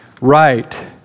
right